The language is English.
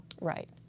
right